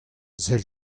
sell